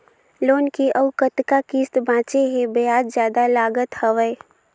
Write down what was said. Loan के अउ कतका किस्त बांचें हे? ब्याज जादा लागत हवय,